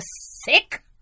sick